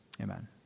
Amen